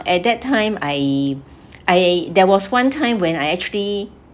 at that time I I there was one time when I actually